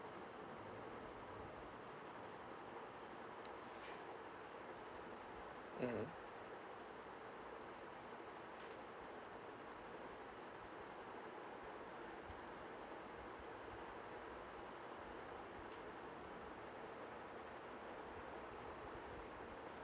mmhmm